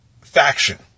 faction